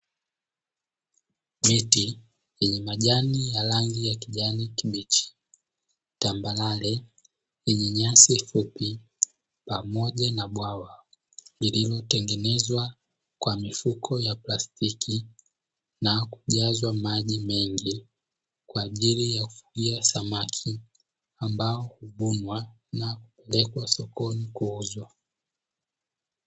Miti yenye majani ya rangi ya kijani kibichi, tambarare yenye nyasi fupi pamoja na bwawa lililotengenezwa kwa mifuko ya plastiki na kujazwa maji mengi, kwa ajili ya kufugia samaki ambao huvunwa na kupelekwa sokoni kuuzwa.